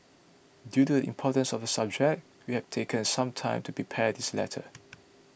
due to the importance of the subject we have taken some time to prepare this letter